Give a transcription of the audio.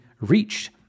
reached